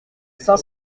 cinq